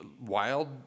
wild